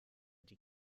die